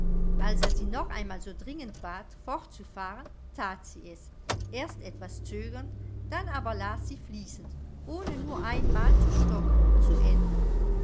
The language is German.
als er sie noch einmal so dringend bat fortzufahren that sie es erst etwas zögernd dann aber las sie fließend ohne nur einmal zu stocken zu ende